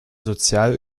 sozial